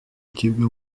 kimwe